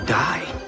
die